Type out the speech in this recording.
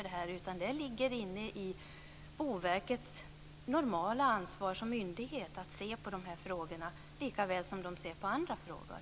Det ligger i Boverkets normala ansvar som myndighet att se över dessa frågor likaväl som man ser över andra frågor.